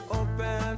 open